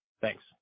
Thanks